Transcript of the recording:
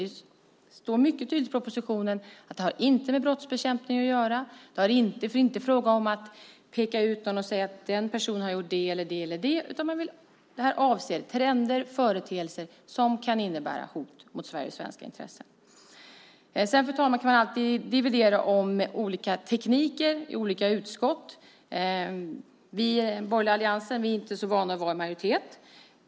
Det står mycket tydligt i propositionen att det inte har med brottsbekämpning att göra. Det är inte fråga om att peka ut någon och säga att personen har gjort det ena eller det andra, utan det här avser trender och företeelser som kan innebära hot mot Sverige och svenska intressen. Sedan, fru talman, kan man alltid dividera om olika tekniker i olika utskott. Vi i den borgerliga alliansen är inte så vana vid att vara i majoritet.